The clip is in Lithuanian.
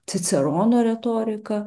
cicerono retorika